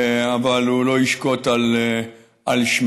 אבל הוא לא ישקוט על שמריו.